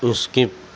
skip